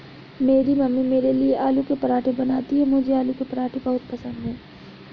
मेरी मम्मी मेरे लिए आलू के पराठे बनाती हैं मुझे आलू के पराठे बहुत पसंद है